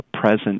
present